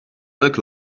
look